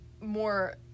more